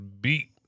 beat